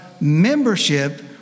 membership